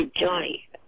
Johnny